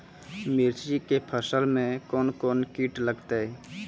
मिर्ची के फसल मे कौन कौन कीट लगते हैं?